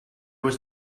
was